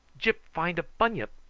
gyp find a bunyip!